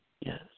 Yes